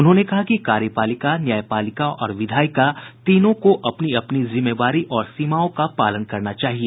उन्होंने कहा कि कार्यपालिका न्यायपालिका और विधायिका तीनों को अपनी अपनी जिम्मेवारी और सीमाओं का पालन करना चाहिए